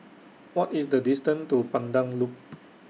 What IS The distance to Pandan Loop